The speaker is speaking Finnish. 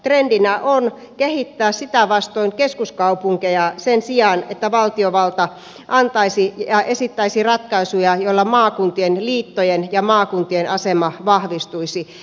trendinä on kehittää sitä vastoin keskuskaupunkeja sen sijaan että valtiovalta antaisi ja esittäisi ratkaisuja joilla maakuntien liittojen ja maakuntien asema vahvistuisi